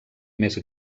més